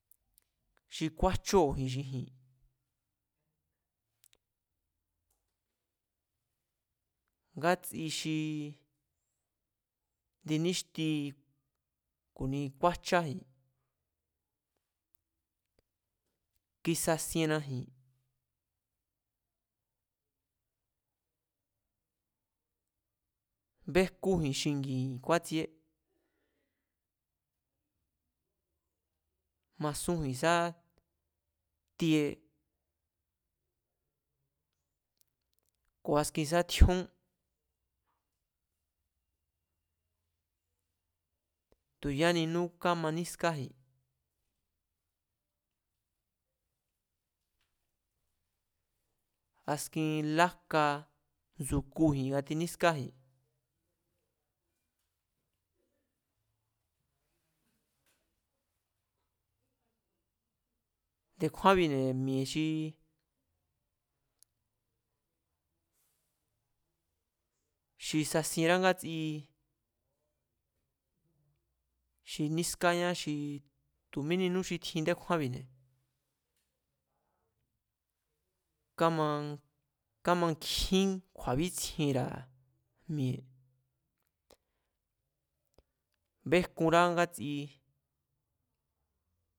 Xi kúájchóo̱ji̱n xi ji̱n, ngátsi xi ndi níxti ku̱ni kúajcháji-n kisasienanji̱n bejkúji̱n xingi̱ji̱n kjúátsieé, masúnji̱ sáá tie ku̱askin sá tjíón tu̱yáninú kámanískáji̱n askin lajka ndsu̱kuji̱n nga tinískáji̱n. Nde̱kjúánbi̱ne̱ mi̱e̱ xi, xi sasienrá ngátsi xi nískáñá xi tu̱ míninú xi tjin ndékjúánbi̱ne̱, kámankjín kju̱a̱bíntsjienra̱ mi̱e̱, béjkunrá ngátsi